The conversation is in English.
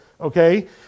okay